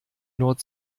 nord